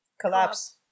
collapse